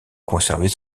conserver